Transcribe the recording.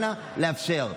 אנא, לאפשר.